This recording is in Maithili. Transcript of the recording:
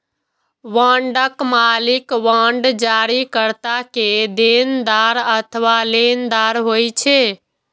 बांडक मालिक बांड जारीकर्ता के देनदार अथवा लेनदार होइ छै